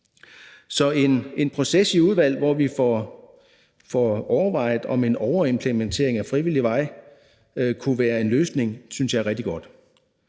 Så en proces i udvalget, hvor vi får overvejet, om en overimplementering ad frivillig vej kunne være en løsning, synes jeg kunne være rigtig godt.